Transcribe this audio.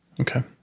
Okay